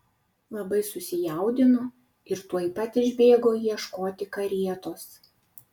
labai susijaudino ir tuoj pat išbėgo ieškoti karietos